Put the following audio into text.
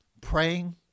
praying